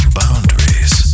boundaries